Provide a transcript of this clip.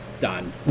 done